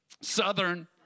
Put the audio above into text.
Southern